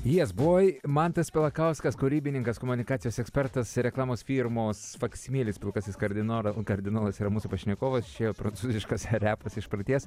jes boi mantas pelakauskas kūrybinės komunikacijos ekspertas reklamos firmos faksimilis pilkasis kardinolas kardinolas yra mūsų pašnekovas čia jo prancūziškas repas iš praeities